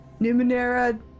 Numenera